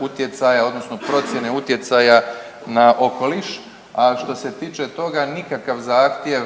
utjecaja, odnosno procjene utjecaja na okoliš. A što se tiče toga nikakav zahtjev